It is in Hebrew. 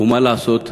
ומה לעשות,